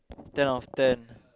ten out of ten